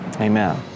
Amen